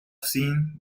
seen